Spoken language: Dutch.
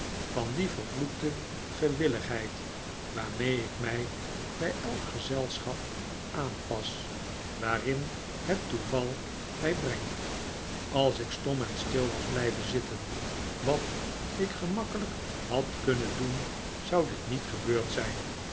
van die vervloekte gewilligheid waarmee ik mij bij elk gezelschap aanpas waarin het toeval mij brengt als ik stom en stil was blijven zitten wat ik gemakkelijk had kunnen doen zou dit niet gebeurd zijn